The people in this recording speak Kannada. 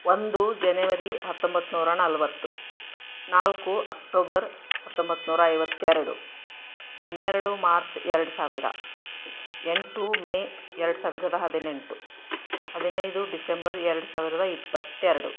ಒಂದು ಜನೆವರಿ ಹತ್ತೊಂಬತ್ತು ನೂರಾ ನಲವತ್ತು ನಾಲ್ಕು ಅಕ್ಟೋಬರ್ ಹತ್ತೊಂಬತ್ತು ನೂರಾ ಐವತ್ತೆರಡು ಹನ್ನೆರಡು ಮಾರ್ಚ್ ಎರಡು ಸಾವಿರ ಎಂಟು ಮೇ ಎರಡು ಸಾವಿರದ ಹದಿನೆಂಟು ಹದಿನೈದು ಡಿಸೆಂಬರ್ ಎರಡು ಸಾವಿರದ ಇಪ್ಪತ್ತೆರಡು